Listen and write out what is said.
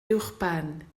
uwchben